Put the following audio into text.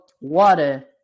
water